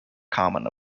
common